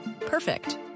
Perfect